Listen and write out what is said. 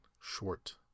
Short